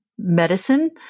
Medicine